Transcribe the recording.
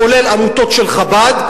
כולל עמותות של חב"ד,